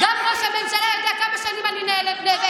גם ראש הממשלה יודע כמה שנים אני נאבקת.